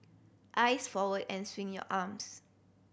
eyes forward and swing your arms